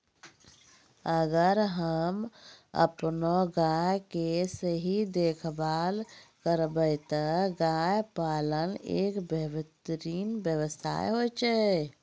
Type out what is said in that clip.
अगर हमॅ आपनो गाय के सही देखभाल करबै त गाय पालन एक बेहतरीन व्यवसाय होय छै